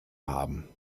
haben